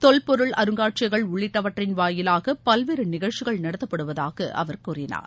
தொல்பொருள் அருங்காட்சியகங்கள் உள்ளிட்டவற்றின் வாயிவாக பல்வேறு நிகழ்ச்சிகள் நடத்தப்படுவதாக அவர் கூறினார்